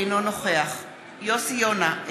אינו נוכח יוסי יונה,